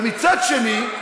ומצד שני,